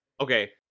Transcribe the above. Okay